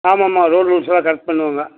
ஆமாம் ஆமாம் ரோடு ரூல்ஸ்லாம் கரெக்ட் பண்ணுவேங்க